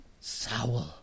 sour